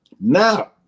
Now